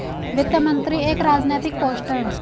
वित्त मंत्री एक राजनैतिक पोस्ट है